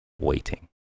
waiting